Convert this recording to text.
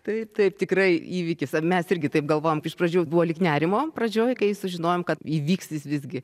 tai taip tikrai įvykis ar mes irgi taip galvojom iš pradžių buvo lyg nerimo pradžioj kai sužinojom kad įvyks jis visgi